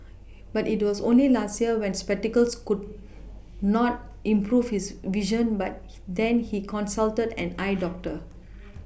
but it was only last year when spectacles could not improve his vision but then he consulted an eye doctor